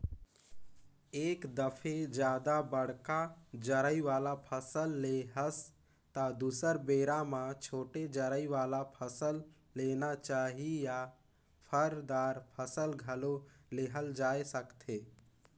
एक दफे जादा बड़का जरई वाला फसल ले हस त दुसर बेरा म छोटे जरई वाला फसल लेना चाही या फर, दार फसल घलो लेहल जाए सकथे